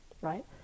Right